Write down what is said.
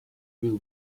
will